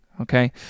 okay